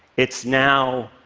it's now